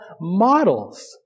models